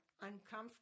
uncomfortable